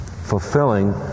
fulfilling